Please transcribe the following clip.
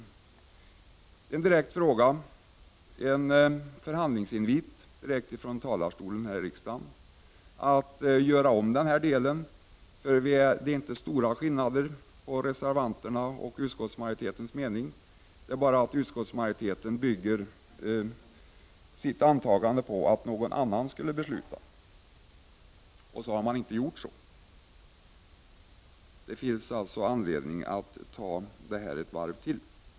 Det är en direkt fråga och en förhandlingsinvit från talarstolen här i riksdagen att göra om den här delen — det är inte stora skillnader emellan reservanternas och utskottsmajoritetens uppfattning; det är bara det att utskottsmajoriteten bygger på antagandet att någon annan skulle ha beslutat, och så har inte skett. Det finns alltså anledning att föra den här debatten ett varv till.